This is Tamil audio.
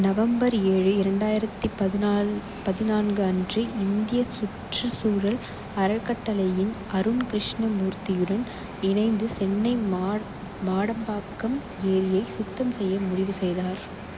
நவம்பர் ஏழு இரண்டாயிரத்தி பதினாலு பதினான்கு அன்று இந்திய சுற்றுச்சூழல் அறக்கட்டளையின் அருண் கிருஷ்ணமூர்த்தியுடன் இணைந்து சென்னை மாடம்பாக்கம் ஏரியை சுத்தம் செய்ய முடிவு செய்தனர்